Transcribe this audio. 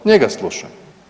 Njega slušam.